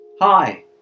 Hi